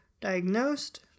diagnosed